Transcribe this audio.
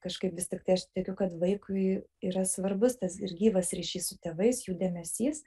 kažkaip vis tiktai aš tikiu kad vaikui yra svarbus tas ir gyvas ryšys su tėvais jų dėmesys